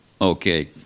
Okay